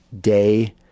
day